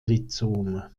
rhizome